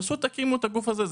פשוט תקימו את הגוף הזה,